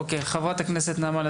גם צוות